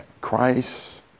Christ